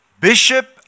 Bishop